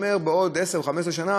הוא אומר: בעוד עשר או 15 שנה